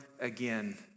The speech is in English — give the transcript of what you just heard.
again